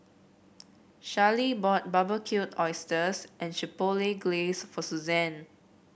Charly bought Barbecued Oysters and Chipotle Glaze for Suzanne